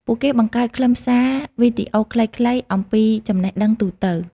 ពួកគេបង្កើតខ្លឹមសារវីដេអូខ្លីៗ អំពីចំណេះដឹងទូទៅ។